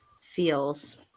feels